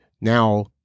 now